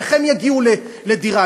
איך הם יגיעו לדירה?